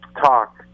talk